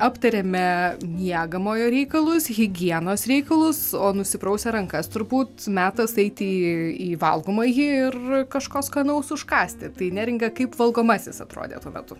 aptarėme miegamojo reikalus higienos reikalus o nusiprausę rankas turbūt metas eiti į į valgomąjį ir kažko skanaus užkąsti tai neringa kaip valgomasis atrodė tuo metu